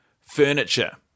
furniture